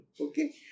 Okay